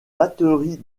batteries